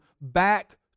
back